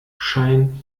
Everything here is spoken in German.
scheint